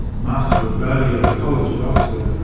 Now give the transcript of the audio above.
master of balliol college at oxford,